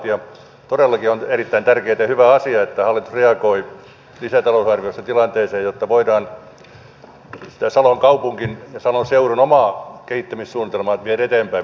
todellakin on erittäin tärkeää ja hyvä asia että hallitus reagoi lisätalousarviossa tilanteeseen jotta voidaan sitä salon kaupungin ja salon seudun omaa kehittämissuunnitelmaa viedä eteenpäin